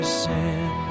sin